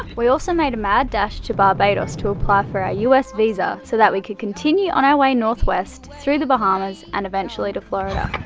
we also made a mad dash to barbados to apply for our u s. visa so that we could continue on our way northwest through the bahamas, and eventually to florida.